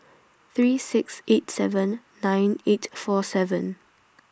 three six eight seven nine eight four seven